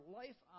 life